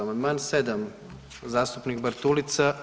Amandman 7 zastupnik Bartulica.